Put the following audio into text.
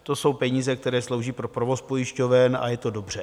To jsou peníze, které slouží pro provoz pojišťoven, a je to dobře.